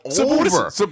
over